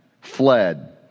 fled